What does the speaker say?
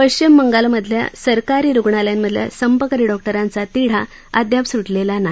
पश्चिम बंगाल मधल्या सरकारी रुग्णालयांमधल्या संपकरी डॉक्टरांचा तिढा अद्याप सुटलेला नाही